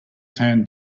tan